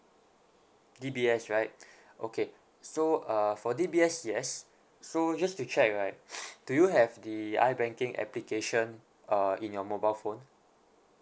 D_B_S right okay so uh for D_B_S yes so just to check right do you have the I banking application uh in your mobile phone